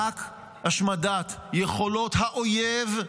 רק השמדת יכולות האויב,